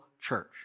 church